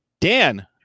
Dan